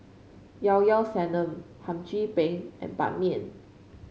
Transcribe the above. Llao Llao Sanum Hum Chim Peng and Ban Mian